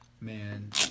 Man